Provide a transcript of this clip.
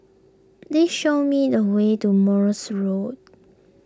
please show me the way to Morse Road